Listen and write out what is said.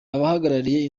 abahagarariye